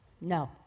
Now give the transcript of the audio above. No